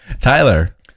Tyler